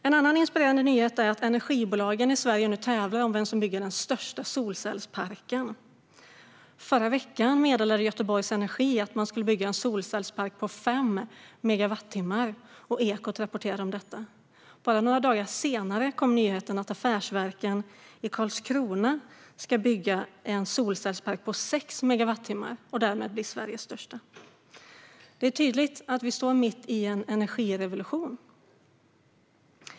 En annan inspirerande nyhet är att energibolagen i Sverige tävlar om att bygga den största solcellsparken. Förra veckan meddelade Göteborg Energi att man ska bygga en solcellspark på fem megawattimmar, och Ekot rapporterade om detta. Bara några dagar senare kom nyheten att Affärsverken i Karlskrona ska bygga en solcellspark på sex megawattimmar, som därmed blir Sveriges största. Det är tydligt att vi står mitt i en energirevolution.